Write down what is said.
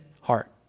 heart